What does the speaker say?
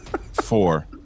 four